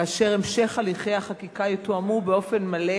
כאשר המשך הליכי החקיקה יתואמו באופן מלא